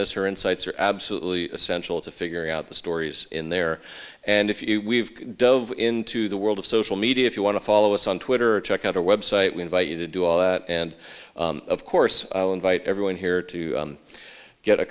this her insights are absolutely essential to figuring out the stories in there and if you weave dove into the world of social media if you want to follow us on twitter or check out our website we invite you to do all that and of course i'll invite everyone here to get a